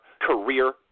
career